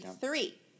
three